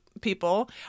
people